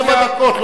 שבע דקות,